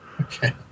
Okay